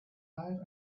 life